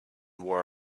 wore